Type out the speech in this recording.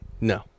No